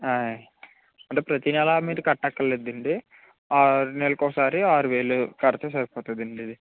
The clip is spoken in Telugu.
ఆయ్ అంటే ప్రతి నెల మీరు కట్టక్కర్లేదండి ఆ నెలకొకసారి ఆరువేలు కడితే సరిపోతుందండి ఇది